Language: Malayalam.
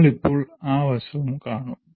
നമ്മൾ ഇപ്പോൾ ആ വശം കാണും